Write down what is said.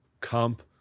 comp